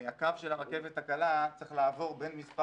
הקו של הרכבת הקלה צריך לעבור בין מספר